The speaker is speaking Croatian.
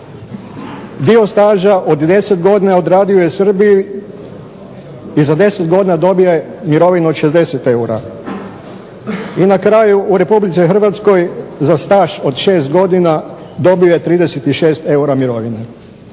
Dio staža od 10 godina odradio je u Srbiji i za 10 godina dobio je mirovinu od 60 eura i na kraju u Republici Hrvatskoj za staž od 6 godina dobio je 36 eura mirovine.